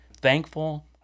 thankful